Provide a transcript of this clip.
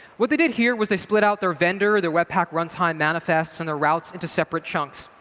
what they did here was they split out their vendor or their webpack runtime manifests and their routes into separate chunks.